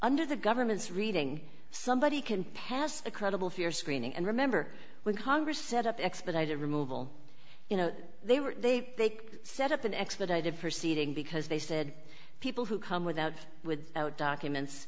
under the government's reading somebody can pass a credible fear screening and remember when congress set up expedited removal you know they were they take set up an expedited for seeding because they said people who come without with out documents